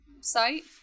site